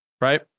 Right